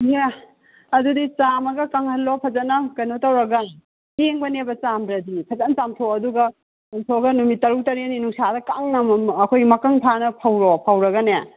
ꯏꯌꯦ ꯑꯗꯨꯗꯤ ꯆꯥꯝꯃꯒ ꯀꯪꯍꯜꯂꯣ ꯐꯖꯅ ꯀꯩꯅꯣ ꯇꯧꯔꯒ ꯀꯦꯡꯕꯅꯦꯕ ꯆꯥꯝꯗ꯭ꯔꯗꯤ ꯐꯖꯅ ꯆꯥꯝꯊꯣꯛꯑꯣ ꯑꯗꯨꯒ ꯆꯥꯝꯊꯣꯛꯂꯒ ꯅꯨꯃꯤꯠ ꯇꯔꯨꯛ ꯇꯔꯦꯠꯅꯤ ꯅꯨꯡꯁꯥꯗ ꯀꯪꯅ ꯑꯩꯈꯣꯏꯒꯤ ꯃꯀꯪ ꯐꯥꯅ ꯐꯧꯔꯣ ꯐꯧꯔꯒꯅꯦ